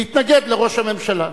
מתנגד לראש הממשלה.